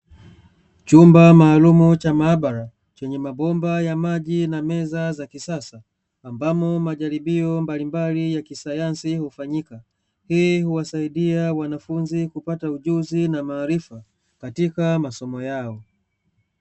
Chumba maalumu cha maabara chenye mabomba ya maji na meza za kisasa ambamo majaribio mbalimbali ya kisayansi hufanyika, hii huwasaidia wanafunzi kupata ujuzi na maarifa katika masomo yao.